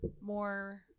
more